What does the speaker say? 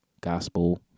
gospel